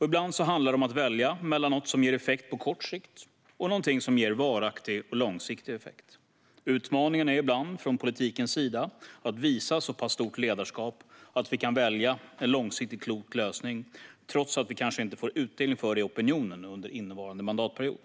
Ibland handlar det om att välja mellan något som ger effekt på kort sikt och något som ger varaktig och långsiktig effekt. För politiken är utmaningen ibland att visa så pass stort ledarskap att vi kan välja en långsiktigt klok lösning trots att vi kanske inte får utdelning för det i opinionen under innevarande mandatperiod.